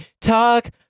talk